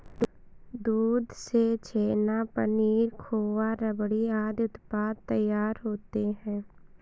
दूध से छेना, पनीर, खोआ, रबड़ी आदि उत्पाद तैयार होते हैं